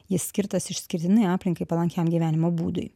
jis skirtas išskirtinai aplinkai palankiam gyvenimo būdui